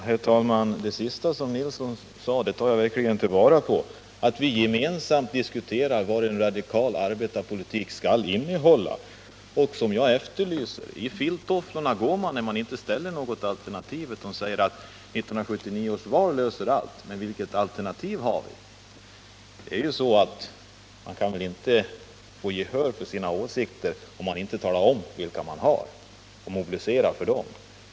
Herr talman! Det senaste som Bernt Nilsson sade tar jag verkligen fasta på, nämligen att vi gemensamt skall diskutera vad en radikal arbetarpolitik skall innehålla, något som jag har efterlyst. I filttofflor går man, när man inte föreslår något alternativ utan säger att 1979 års val löser alla problem. Men vilket alternativ har vi? Man kan inte få gehör för sina åsikter, om man inte talar om vilka åsikter man har och propagerar för dem.